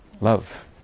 love